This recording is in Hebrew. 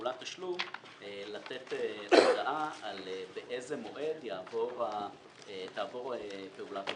ופעולת תשלום לתת הוראה באיזה מועד תעבור פעולת התשלום.